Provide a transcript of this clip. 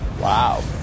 Wow